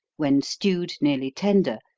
when stewed nearly tender,